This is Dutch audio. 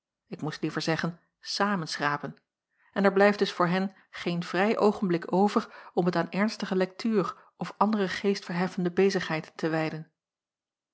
ik moest liever zeggen samenschrapen en er blijft dus voor hen geen vrij oogenblik over om het aan ernstige lektuur of andere geestverheffende bezigheid te wijden